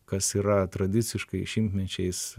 kas yra tradiciškai šimtmečiais